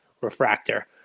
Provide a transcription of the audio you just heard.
refractor